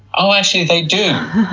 oh, actually they do!